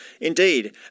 Indeed